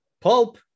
pulp